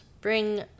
bring